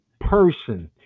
person